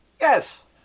Yes